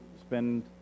spend